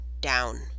down